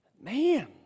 man